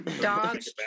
dogs